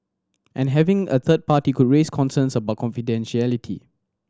and having a third party could raise concerns about confidentiality